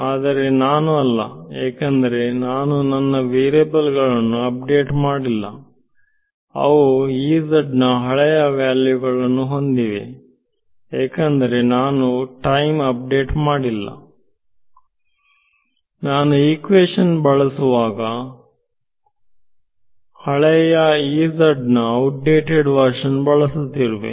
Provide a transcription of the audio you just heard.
ಆದರೆ ನಾನು ಅಲ್ಲ ಏಕೆಂದರೆ ನಾನು ನನ್ನ ವೇರಿಯಬಲ್ ಗಳನ್ನು ಅಪ್ಡೇಟ್ ಮಾಡಿಲ್ಲ ಅವು ನ ಹಳೆಯ ವ್ಯಾಲ್ಯೂ ಗಳನ್ನು ಹೊಂದಿವೆ ಏಕೆಂದರೆ ನಾನು ಟೈಮ್ ಅಪ್ಡೇಟ್ ಮಾಡಿಲ್ಲ ನಾನು ಇಕ್ವೇಶನ್ ಬಳಸಲು ಹೋದಾಗ ನಾನು ಹಳೆಯ ನ ಔಟ್ಡೇಟೆಡ್ ವರ್ಷನ್ ಬಳಸುತ್ತಿರುವೆ